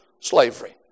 slavery